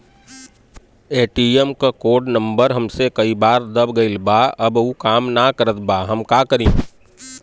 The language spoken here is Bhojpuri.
ए.टी.एम क कोड नम्बर हमसे कई बार दब गईल बा अब उ काम ना करत बा हम का करी?